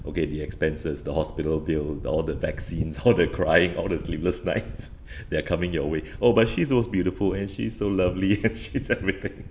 okay the expenses the hospital bill the all the vaccines all the crying all the sleepless nights they are coming your way oh but she's so beautiful and she's so lovely and she's everything